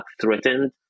threatened